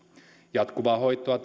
jatkuvaa hoitoa